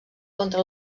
contra